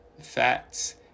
Fats